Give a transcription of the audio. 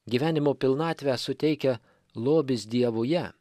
gyvenimo pilnatvę suteikia lobis dievuje